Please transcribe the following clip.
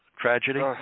tragedy